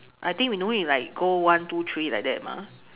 I think we no need to like go one two three like that mah